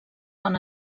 bon